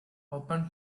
open